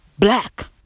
Black